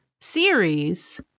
series